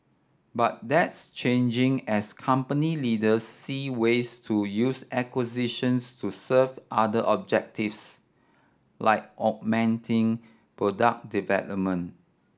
but that's changing as company leaders see ways to use acquisitions to serve other objectives like augmenting product development